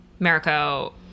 Mariko